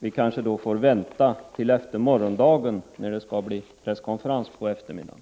Vi kanske får vänta till efter morgondagen — när det skall bli en presskonferens på eftermiddagen.